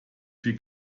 viel